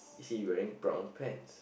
is he wearing brown pants